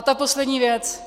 A poslední věc.